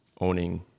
owning